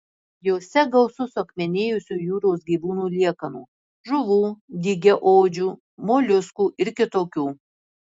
jose gausu suakmenėjusių jūros gyvūnų liekanų žuvų dygiaodžių moliuskų ir kitokių